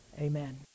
Amen